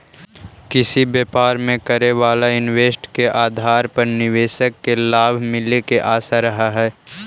किसी व्यापार में करे वाला इन्वेस्ट के आधार पर निवेशक के लाभ मिले के आशा रहऽ हई